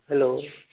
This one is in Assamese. হেল্ল'